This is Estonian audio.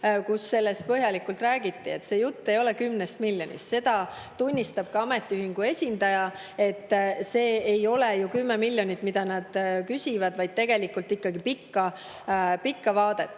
kus sellest põhjalikult räägiti. Juttu ei ole 10 miljonist. Seda tunnistab ka ametiühingute esindaja, et see ei ole 10 miljonit, mida nad küsivad, vaid tegelikult ikkagi pikk vaade.